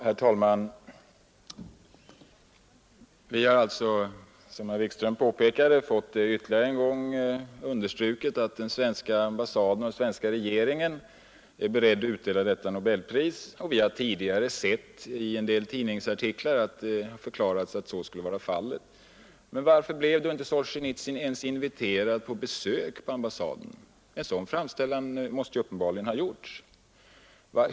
Herr talman! Vi har alltså, som herr Wikström påpekade, fått ytterligare en gång understruket att den svenska ambassaden och den svenska regeringen är beredda att utdela detta nobelpris. Vi har tidigare sett i en del tidningsartiklar att det har förklarats att så skulle vara fallet. Men varför blev då inte Solsjenitsyn ens inviterad till besök på ambassaden? En sådan framställan av honom måste uppenbarligen ha gjorts.